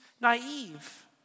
naive